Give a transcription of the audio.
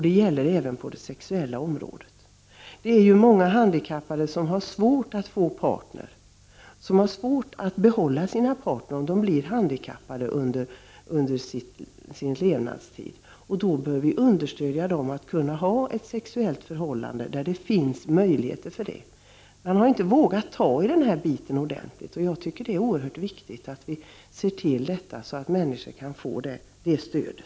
Det gäller även på det sexuella området. Det är ju många handikappade som har svårt att få en partner eller som har svårt att behålla sin partner om de blir handikappade under sin levnadstid. Vi vill understödja deras möjligheter att ha ett sexuellt förhållande. Man har inte vågat ta i den här biten ordentligt, men jag tycker det är oerhört viktigt att se till att människor kan få detta stöd.